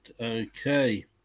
Okay